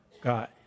God